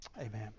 Amen